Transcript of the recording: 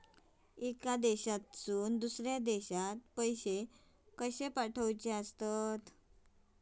एका देशातून दुसऱ्या देशात पैसे कशे पाठवचे?